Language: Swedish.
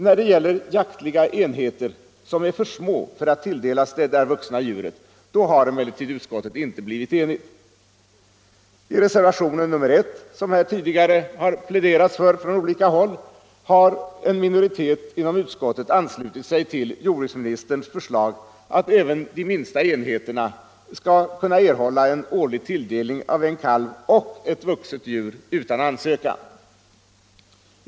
När det gäller jaktliga enheter som är för små för att tilldelas detta vuxna djur har emellertid utskottet inte blivit enigt. I reservationen 1, som man här från olika håll har pläderat för, har en minoritet inom utskottet anslutit sig till jordbruksministerns förslag, att även de minsta jaktområdena utan ansökan skall erhålla en årlig tilldelning av en kalv och ett vuxet djur.